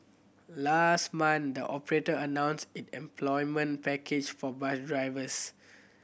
last month the operator announced its employment package for bus drivers